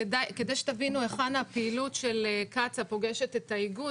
כדי שתבינו היכן הפעילות של קצא"א פוגשת את האיגוד,